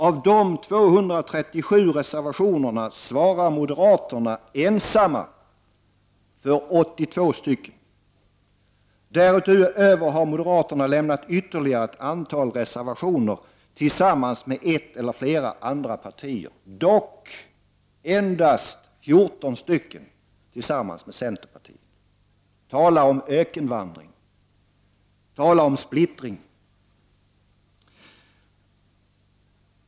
Av dessa 237 reservationer svarar moderaterna ensamma för 82 stycken. Därutöver har moderaterna lämnat ytterligare ett antal reservationer tillsammans med ett eller flera andra partier, dock endast 14 stycken tillsammans med centern. Tala om ökenvandring och tala om splittring!